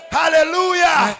hallelujah